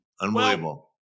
Unbelievable